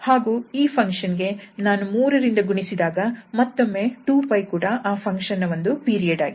ಹಾಗೂ ಈ ಫಂಕ್ಷನ್ ಗೆ ನಾನು 3 ರಿಂದ ಗುಣಿಸಿದಾಗ ಮತ್ತೊಮ್ಮೆ 2𝜋 ಕೂಡ ಆ ಫಂಕ್ಷನ್ ನ ಒಂದು ಪೀರಿಯಡ್ ಆಗಿದೆ